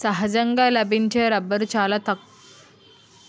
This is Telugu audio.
సహజంగా లభించే రబ్బరు చాలా తక్కువగా ఉంటాది